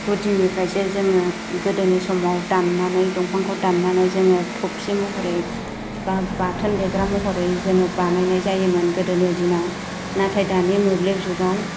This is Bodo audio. गुदिनिफ्रायसो जोङो गोदोनि समाव दाननानै दंफांखौ दाननानै जोङो थबसि महरै बा बाथोन देग्रा महरै जोङो बानायनाय जायोमोन गोदोनि दिनाव नाथाय दानि मोब्लिब जुगाव